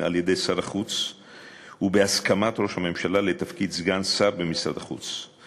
על-ידי שר החוץ ובהסכמת ראש הממשלה לתפקיד סגן שר במשרד החוץ.